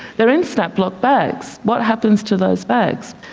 they are in snap-lock bags. what happens to those bags?